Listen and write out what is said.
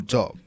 Job